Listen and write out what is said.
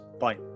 bye